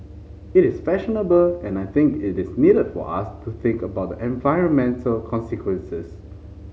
it is fashionable and I think it is needed for us to think about the environmental consequences